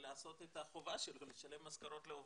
לעשות את החובה שלו, לשלם משכורות לעובדים,